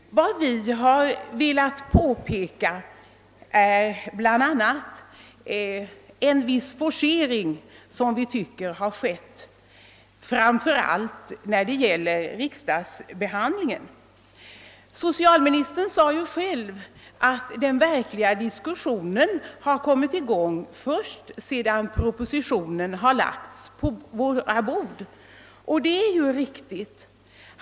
Vad vi har velat påtala är bla. den forcering som har förekommit framför allt när det gäller riksdagsbehandlingen av detta ärende. Socialministern sade ju också själv att den verkliga diskussionen kommit i gång först sedan propositionen lagts på riksdagens bord, vilket är alldeles riktigt.